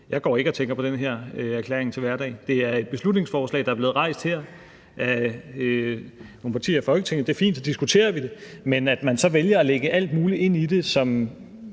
Jeg går ikke og tænker på den her erklæring til hverdag. Det her er et beslutningsforslag, der er blevet fremsat af nogle partier i Folketinget, og det er fint – så diskuterer vi det. Men at man så vælger at lægge alt muligt ind i det, som